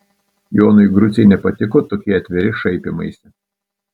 jonui grucei nepatiko tokie atviri šaipymaisi